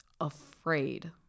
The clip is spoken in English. afraid